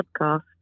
Podcast